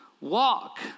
walk